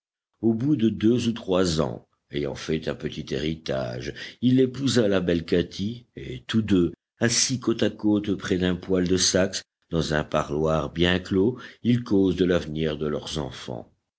au bout de deux ou trois ans ayant fait un petit héritage il épousa la belle katy et tous deux assis côte à côte près d'un poêle de saxe dans un parloir bien clos ils causent de l'avenir de leurs enfants